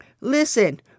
Listen